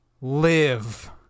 live